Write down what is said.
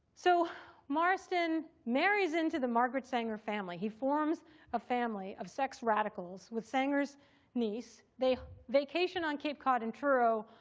so marston marries into the margaret sanger family. he forms a family of sex radicals with sanger's niece. they vacation on cape cod and truro,